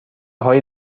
های